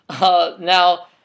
Now